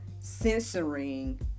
censoring